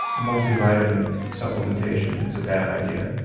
multivitamin supplementation is a bad idea.